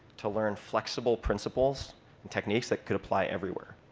to learn flexible principles and techniques that could apply everywhere.